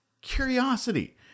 curiosity